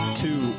two